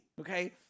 okay